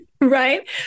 Right